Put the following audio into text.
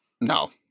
No